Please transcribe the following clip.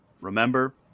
Remember